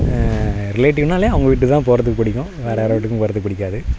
ரிலேடிவ்னாலே அவங்க வீட்டுக்குதான் போறதுக்கு பிடிக்கும் வேறு யார் வீட்டுக்கும் போறதுக்கு பிடிக்காது